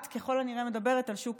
את ככל הנראה מדברת על שוק